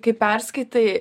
kai perskaitai